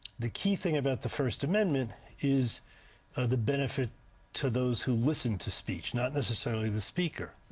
the key thing about the first amendment is the benefit to those who listen to speech. not necessarily the speaker.